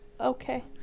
Okay